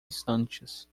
instantes